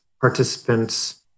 participants